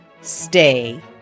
Stay